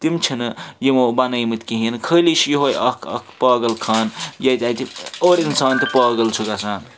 تِم چھِنہٕ یِمو بَنٲومٕتۍ کِہیٖنٛۍ خٲلی چھِ یِہَے اَکھ اکھ پاگل خان ییٚتہِ اَتہِ اور اِنسان تہِ پاگل چھُ گژھان